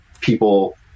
people